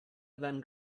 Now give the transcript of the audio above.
than